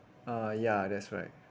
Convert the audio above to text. uh ya that's right